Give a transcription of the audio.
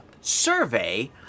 survey